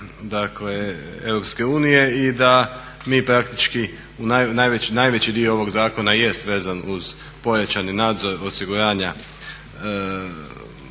dakle Europske unije i da mi praktički najveći dio ovog zakona i jest vezan uz pojačani nadzor osiguranja